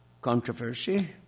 controversy